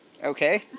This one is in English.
Okay